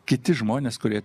kiti žmonės kurie